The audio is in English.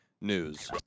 news